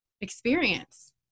experience